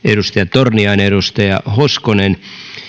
torniainen hoskonen